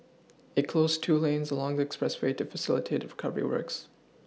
it closed two lanes along the expressway to facilitate recovery works